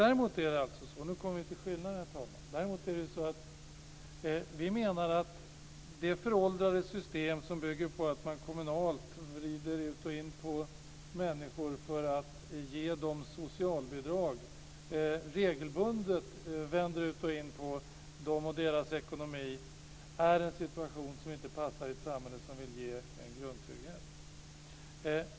Däremot är det så - nu kommer vi till skillnaden, herr talman - att vi menar att det föråldrade system som bygger på att man kommunalt vänder ut och in på människor och deras ekonomi för att ge dem socialbidrag inte passar i ett samhälle som vill ge en grundtrygghet.